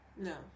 No